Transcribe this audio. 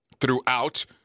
throughout